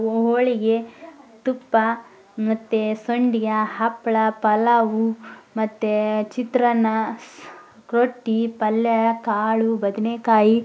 ಹೋಳಿಗೆ ತುಪ್ಪ ಮತ್ತು ಸಂಡಿಗೆ ಆ ಹಪ್ಪಳ ಪಲಾವು ಮತ್ತು ಚಿತ್ರಾನ್ನ ರೊಟ್ಟಿ ಪಲ್ಯ ಕಾಳು ಬದನೆಕಾಯಿ